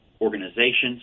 organizations